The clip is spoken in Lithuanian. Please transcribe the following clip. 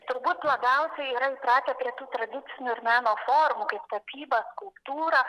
turbūt labiausiai yra įpratę prie tų tradicinių ir meno formų kaip tapybą skulptūra